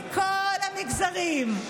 מכל המגזרים?